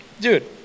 Dude